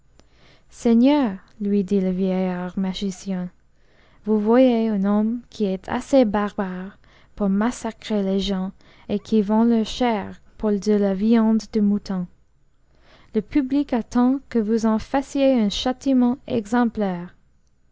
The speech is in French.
seigneur lui dit le vieillard magicien vous voyez un homme qui est assez barbare pour massacrer les gens et qui vend leur chair pour de la viande de mouton le public attend que vous en fassiez un châtiment exemplaire